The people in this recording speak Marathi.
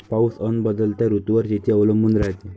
पाऊस अन बदलत्या ऋतूवर शेती अवलंबून रायते